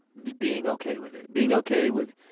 being okay with it being okay with